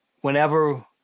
whenever